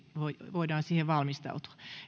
voidaan siihen valmistautua